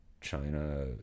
China